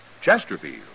Chesterfield